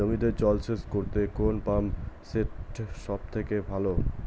জমিতে জল সেচ করতে কোন পাম্প সেট সব থেকে ভালো?